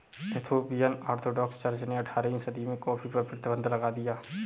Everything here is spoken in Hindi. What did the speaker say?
इथोपियन ऑर्थोडॉक्स चर्च ने अठारहवीं सदी में कॉफ़ी पर प्रतिबन्ध लगा दिया